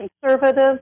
conservative